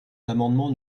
l’amendement